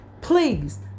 Please